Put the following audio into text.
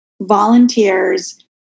volunteers